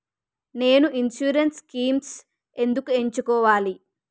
నేను insurance schemes ఎందుకు ఎంచుకోవాలి?